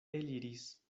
eliris